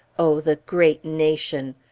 o the great nation!